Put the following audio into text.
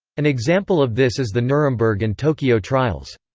an example of this is the nuremberg and tokyo trials.